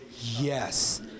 Yes